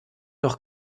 doch